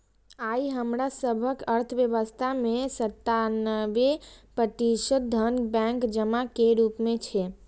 आइ हमरा सभक अर्थव्यवस्था मे सत्तानबे प्रतिशत धन बैंक जमा के रूप मे छै